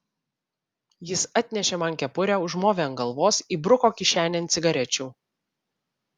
jis atnešė man kepurę užmovė ant galvos įbruko kišenėn cigarečių